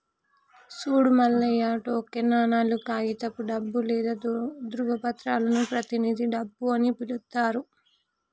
సూడు మల్లయ్య టోకెన్ నాణేలు, కాగితపు డబ్బు లేదా ధ్రువపత్రాలను ప్రతినిధి డబ్బు అని పిలుత్తారు